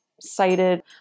cited